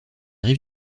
rives